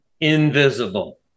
Invisible